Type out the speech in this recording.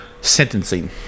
Sentencing